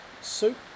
soup